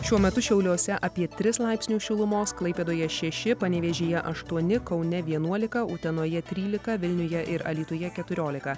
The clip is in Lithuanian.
šiuo metu šiauliuose apie tris laipsnius šilumos klaipėdoje šeši panevėžyje aštuoni kaune vienuolika utenoje trylika vilniuje ir alytuje keturiolika